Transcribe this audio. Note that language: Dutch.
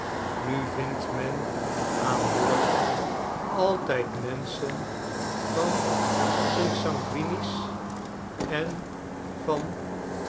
nu vindt men aan boord altijd menschen van een sanguinisch en van